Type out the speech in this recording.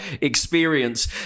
experience